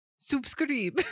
Subscribe